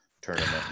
tournament